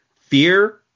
fear